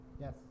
Yes